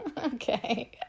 Okay